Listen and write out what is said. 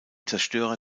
zerstörer